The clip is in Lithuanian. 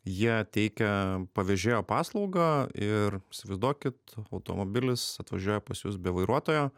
jie teikia pavežėjo paslaugą ir įsivaizduokit automobilis atvažiuoja pas jus be vairuotojo